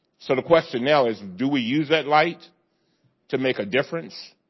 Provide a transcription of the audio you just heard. sort of question now is do we use that light to make a difference?